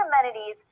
amenities